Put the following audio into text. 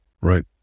Right